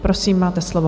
Prosím, máte slovo.